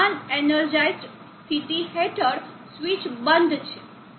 અન energise સ્થિતિ હેઠળ switch બંધ છે